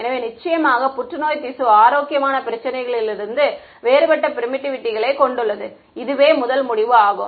எனவே நிச்சயமாக புற்றுநோய் திசு ஆரோக்கியமான பிரச்சினையிலிருந்து வேறுபட்ட பெர்மிட்டிவிட்டிகளை கொண்டுள்ளது இதுவே முதல் முடிவு ஆகும்